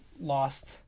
lost